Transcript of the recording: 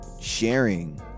sharing